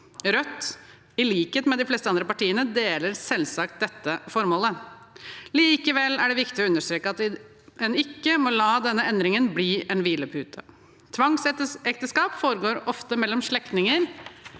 Rødt, i likhet med de fleste andre partiene, støtter selvsagt dette formålet. Likevel er det viktig å understreke at en ikke må la denne endringen bli en hvilepute. Tvangsekteskap foregår ofte mellom slektninger